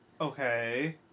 Okay